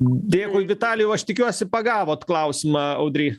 dėkui vitalijau aš tikiuosi pagavot klausimą audry